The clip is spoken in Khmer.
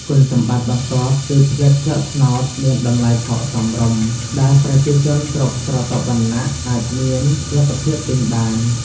គុណសម្បត្តិបន្ទាប់គឺផ្លិតស្លឹកត្នោតមានតម្លៃថោកសមរម្យ ដែលប្រជាជនគ្រប់ស្រទាប់វណ្ណៈអាចមានលទ្ធភាពទិញបាន។